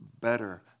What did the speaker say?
better